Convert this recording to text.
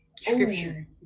scripture